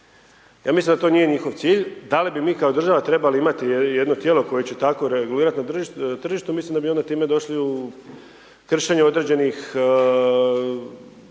Ja mislim da to nije njihov cilj, da li bi mi kao država trebali imati jedno tijelo koje će tako regulirati na tržištu, mislim da bi onda time došli u kršenje određenih